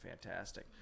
fantastic